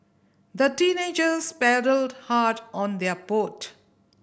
the teenagers paddled hard on their boat